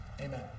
Amen